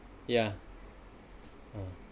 yeah mm